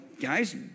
guys